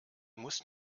muss